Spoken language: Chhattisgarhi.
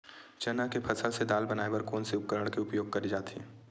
चना के फसल से दाल बनाये बर कोन से उपकरण के उपयोग करे जाथे?